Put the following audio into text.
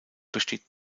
besteht